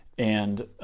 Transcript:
and